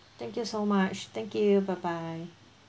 thank you so much thank you bye bye